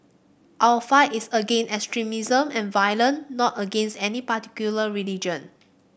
our fight is against extremism and violence not against any particular religion